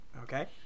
Okay